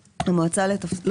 במועצה.